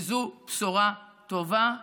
וזו בשורה טובה.